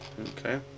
Okay